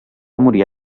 morir